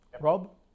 Rob